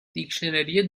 دیکشنری